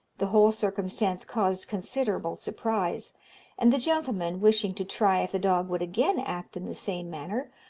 the whole circumstance caused considerable surprise and the gentleman, wishing to try if the dog would again act in the same manner,